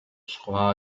სხვა